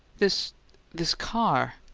this this car?